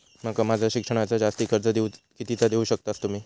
माका माझा शिक्षणाक जास्ती कर्ज कितीचा देऊ शकतास तुम्ही?